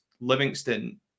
Livingston